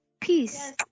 Peace